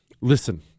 Listen